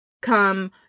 come